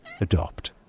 Adopt